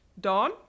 Dawn